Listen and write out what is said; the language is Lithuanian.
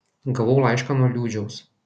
gavau laišką nuo liūdžiaus